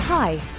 Hi